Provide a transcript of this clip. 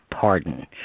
pardon